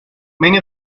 many